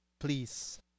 please